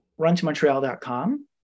Runtomontreal.com